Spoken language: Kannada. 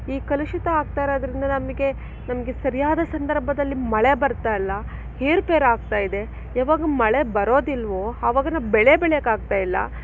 ಈ ಕಲುಷಿತ ಆಗ್ತಾ ಇರೋದ್ರಿಂದ ನಮಗೆ ನಮಗೆ ಸರಿಯಾದ ಸಂದರ್ಭದಲ್ಲಿ ಮಳೆ ಬರ್ತಾ ಇಲ್ಲ ಏರುಪೇರು ಆಗ್ತಾ ಇದೆ ಯಾವಾಗ ಮಳೆ ಬರೋದಿಲ್ವೋ ಆವಾಗ ನಾವು ಬೆಳೆ ಬೆಳೆಯೋಕ್ಕೆ ಆಗ್ತಾ ಇಲ್ಲ